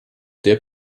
der